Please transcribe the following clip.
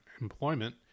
employment